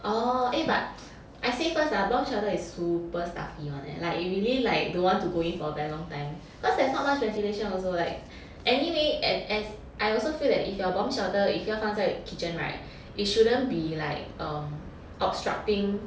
orh eh but I say first ah bomb shelter is super stuffy [one] leh like you really like don't want to go for very long time cause there's not much ventilation also like anyway and as I also feel that if your bomb shelter if 要放在 kitchen [right] it shouldn't be like um obstructing